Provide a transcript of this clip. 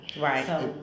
Right